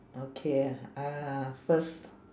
okay uh first